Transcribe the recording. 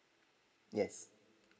yes